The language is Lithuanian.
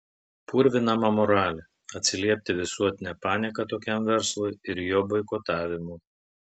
purvinama moralė atsiliepti visuotine panieka tokiam verslui ir jo boikotavimu